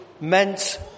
meant